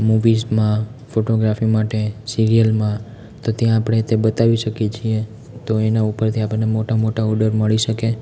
મૂવીસમાં photography માટે સિરિયલમાં તો ત્યાં આપણે તે બતાવી શકીએ છીએ તો એના ઉપરથી આપણને મોટા મોટા ઓડર મળી શકે